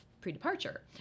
pre-departure